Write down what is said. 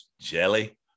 Jelly